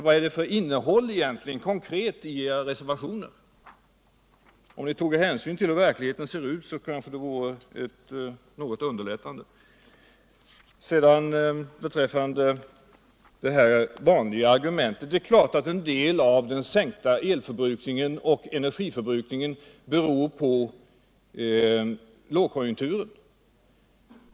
Vad är det för konkret innehåll i reservationen? Om ni tog hänsyn till hur verkligheten ser ut, kanske det skulle underlätta något. Så några ord om den vanliga argumenteringen om energiförbrukningen. Det är klart att en del av den sänkta elförbrukningen och encergiförbrukningen beror på långkonjunkturen.